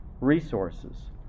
resources